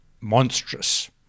monstrous